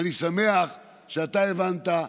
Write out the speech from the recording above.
אני שמח שאתה הבנת.